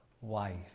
wife